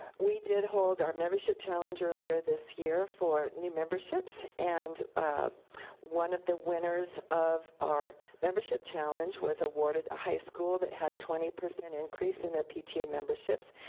we did hold our membership challenge earlier this year for new memberships, and one of the winners of our membership challenge was awarded a high school that had twenty percent increase in their pta memberships,